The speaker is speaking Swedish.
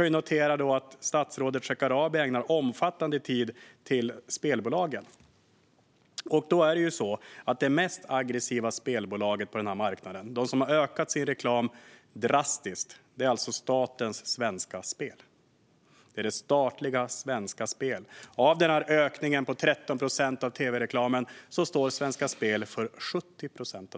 Vi noterar att statsrådet Shekarabi ägnar omfattande tid åt spelbolagen. Men det mest aggressiva spelbolaget på marknaden, det som ökat sin reklam drastiskt, är alltså det statliga Svenska Spel. Av ökningen på 13 procent av tv-reklamen står Svenska Spel för 70 procent.